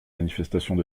manifestations